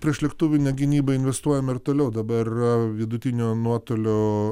priešlėktuvinę gynybą investuojam ir toliau dabar vidutinio nuotolio